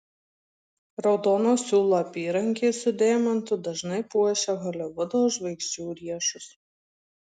raudono siūlo apyrankė su deimantu dažnai puošia holivudo žvaigždžių riešus